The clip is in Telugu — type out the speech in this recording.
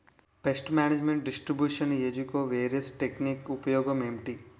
పేస్ట్ మేనేజ్మెంట్ డిస్ట్రిబ్యూషన్ ఏజ్జి కో వేరియన్స్ టెక్ నిక్ ఉపయోగం ఏంటి